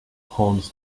haunts